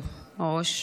היושב-ראש.